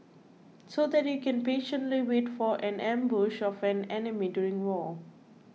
so that you can patiently wait for an ambush of an enemy during war